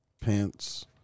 Pants